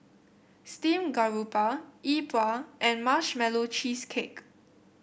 Steamed Garoupa Yi Bua and Marshmallow Cheesecake